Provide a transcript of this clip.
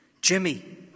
Jimmy